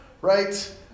right